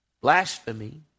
blasphemy